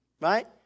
Right